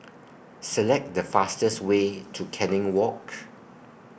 Select The fastest Way to Canning Walk